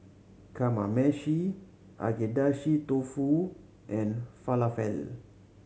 Kamameshi Agedashi Dofu and Falafel